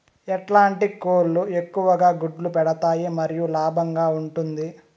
ఎట్లాంటి కోళ్ళు ఎక్కువగా గుడ్లు పెడతాయి మరియు లాభంగా ఉంటుంది?